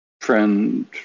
friend